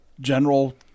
general